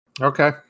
Okay